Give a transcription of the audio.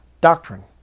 doctrine